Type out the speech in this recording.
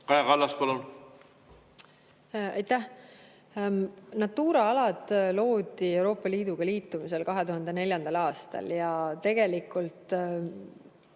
Kaja Kallas, palun! Aitäh! Natura alad loodi Euroopa Liiduga liitumisel 2004. aastal ja võib-olla